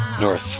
North